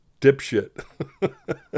Dipshit